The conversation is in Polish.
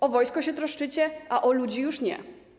O wojsko się troszczycie, a o ludzi już nie.